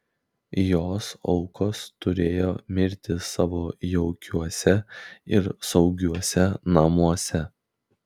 jos aukos turėjo mirti savo jaukiuose ir saugiuose namuose